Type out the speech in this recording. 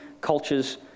cultures